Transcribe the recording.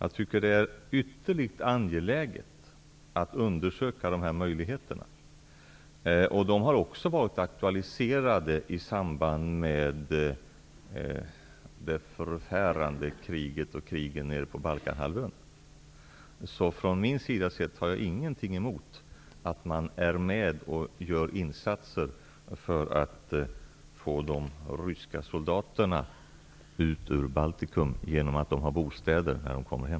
Jag tycker att det är ytterst angeläget att undersöka dessa möjligheter, som också har varit aktualiserade i samband med de förfärande krigen på Balkanhalvön. För min del har jag ingenting emot att man är med och gör insatser för att få de ryska soldaterna ut ur Baltikum genom att erbjuda dem bostäder när de vänder hem.